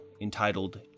entitled